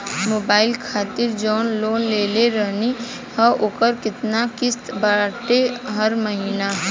Mobile खातिर जाऊन loan लेले रहनी ह ओकर केतना किश्त बाटे हर महिना?